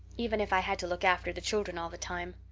even if i had to look after the children all the time.